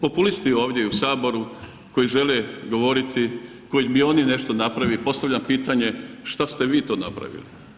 Populisti ovdje i u Saboru koji žele govoriti, koji bi oni nešto ... i postavljam pitanje šta ste vi to napravili?